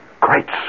Great